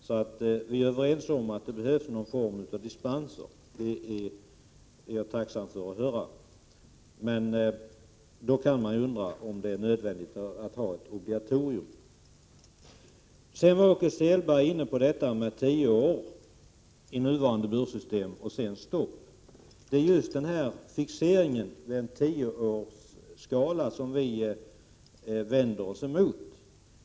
Vi är därför överens om att det behövs någon form av dispenser — det är jag tacksam för att höra. Men då kan man undra om det är nödvändigt att ha ett obligatorium. Åke Selberg var inne på att vi skall ha tio år med nuvarande bursystem och att det därefter skall vara stopp. Det är just fixeringen till tiden tio år som vi vänder oss emot.